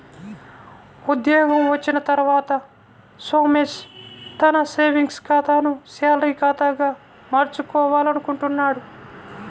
ఉద్యోగం వచ్చిన తర్వాత సోమేష్ తన సేవింగ్స్ ఖాతాను శాలరీ ఖాతాగా మార్చుకోవాలనుకుంటున్నాడు